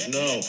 no